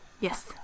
Yes